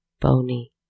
bony